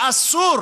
אסור